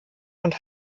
und